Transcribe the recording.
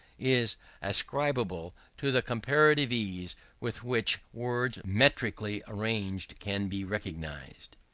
is ascribable to the comparative ease with which words metrically arranged can be recognized.